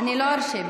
אני לא ארשה.